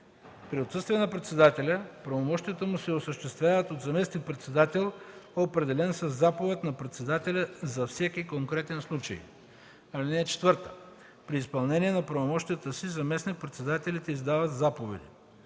При отсъствие на председателя правомощията му се осъществяват от заместник-председател, определен със заповед на председателя за всеки конкретен случай. (4) При изпълнение на правомощията си заместник-председателите издават заповеди.